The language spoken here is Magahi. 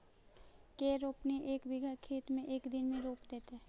के रोपनी एक बिघा खेत के एक दिन में रोप देतै?